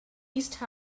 east